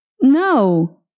No